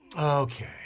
Okay